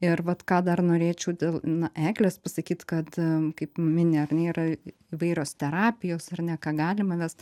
ir vat ką dar norėčiau dėl na eglės pasakyt kad kaip mini ar ne yra įvairios terapijos ar ne ką galima vest